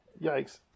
Yikes